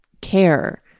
care